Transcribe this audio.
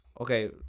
Okay